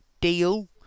deal